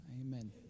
Amen